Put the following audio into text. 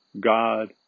God